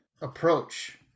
approach